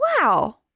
Wow